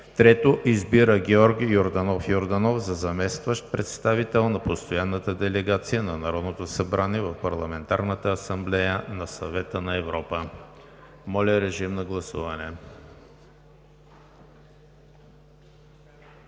3. Избира Георги Йорданов Йорданов за заместващ представител на постоянната делегация на Народното събрание в Парламентарната асамблея на Съвета на Европа.“ Моля, режим на гласуване.